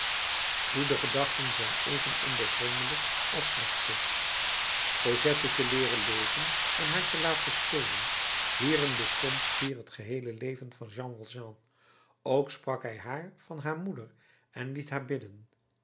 goede gedachten zijn even ondoorgrondelijk als slechte cosette te leeren lezen en haar te laten spelen hierin bestond schier het geheele leven van jean valjean ook sprak hij haar van haar moeder en liet haar bidden